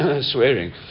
swearing